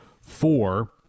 four